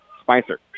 Spicer